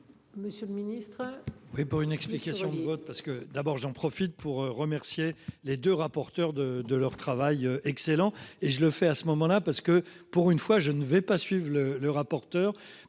Monsieur le Ministre.